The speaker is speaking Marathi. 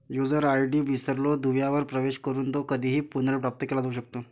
यूजर आय.डी विसरलो दुव्यावर प्रवेश करून तो कधीही पुनर्प्राप्त केला जाऊ शकतो